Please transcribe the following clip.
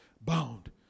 bound